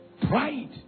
Pride